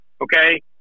okay